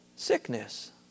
Sickness